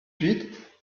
huit